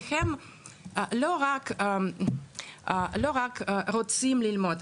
והם לא רק רוצים ללמוד.